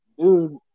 dude